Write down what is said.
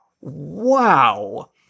wow